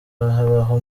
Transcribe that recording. habaho